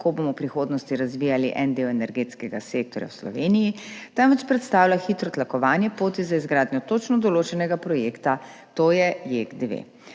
kako bomo v prihodnosti razvijali en del energetskega sektorja v Sloveniji, temveč predstavlja hitro tlakovanje poti za izgradnjo točno določenega projekta, to je JEK2.